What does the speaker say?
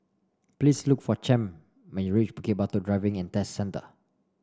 please look for Champ when you reach Bukit Batok Driving And Test Centre